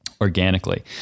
organically